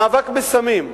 מאבק בסמים,